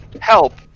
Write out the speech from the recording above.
help